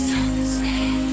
Sunset